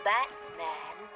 Batman